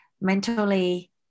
mentally